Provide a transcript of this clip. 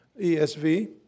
ESV